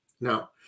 Now